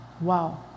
wow